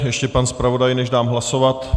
Ještě pan zpravodaj, než dám hlasovat.